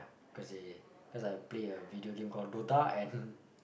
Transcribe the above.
cause they cause I play a video game called Dota and